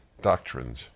doctrines